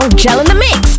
gelinthemix